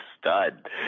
stud